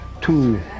two